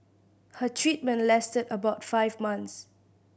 her treatment lasted about five months